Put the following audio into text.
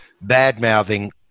bad-mouthing